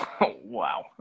Wow